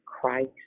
Christ